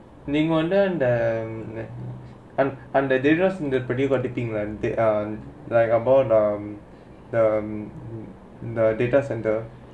நீங்க வதே:neenga vathae wonder then that they are like uh about um the um the data centre